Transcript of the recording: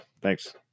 Thanks